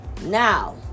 Now